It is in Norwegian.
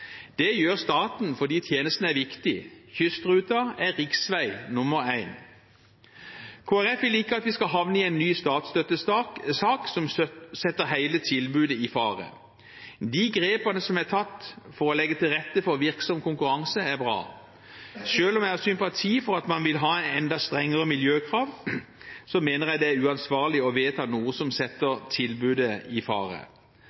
Det gjør staten fordi tjenesten er viktig: Kystruten er riksvei 1. Kristelig Folkeparti vil ikke at vi skal havne i en ny statsstøttesak som setter hele tilbudet i fare. De grepene som er tatt for å legge til rette for virksom konkurranse, er bra. Selv om jeg har sympati for at man vil ha enda strengere miljøkrav, mener jeg det er uansvarlig å vedta noe som setter tilbudet i fare.